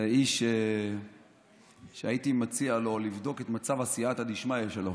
לאיש שהייתי מציע לו לבדוק את מצב הסייעתא דשמיא שלו,